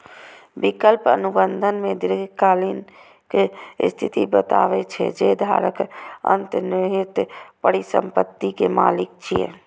विकल्प अनुबंध मे दीर्घकालिक स्थिति बतबै छै, जे धारक अंतर्निहित परिसंपत्ति के मालिक छियै